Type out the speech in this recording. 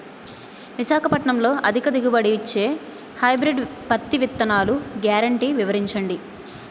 విశాఖపట్నంలో అధిక దిగుబడి ఇచ్చే హైబ్రిడ్ పత్తి విత్తనాలు గ్యారంటీ వివరించండి?